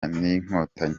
n’inkotanyi